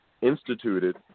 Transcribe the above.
instituted